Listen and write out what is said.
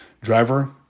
driver